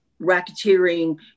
racketeering